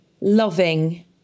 loving